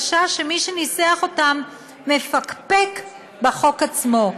אבל יש לי הרגשה שמי שניסח אותם מפקפק בחוק עצמו,